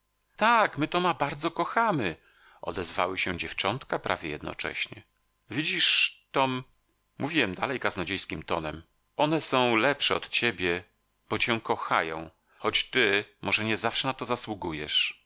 tak my toma bardzo kochamy odezwały się dziewczątka prawie jednocześnie widzisz tom mówiłem dalej kaznodziejskim tonem one są lepsze od ciebie bo cię kochają choć ty może nie zawsze na to zasługujesz